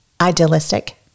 idealistic